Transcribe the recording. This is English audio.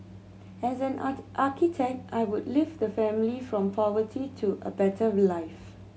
as an art architect I could lift the family from poverty to a better life